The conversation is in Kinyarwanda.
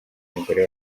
umugore